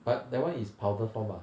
but that one is powder form ah